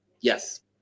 Yes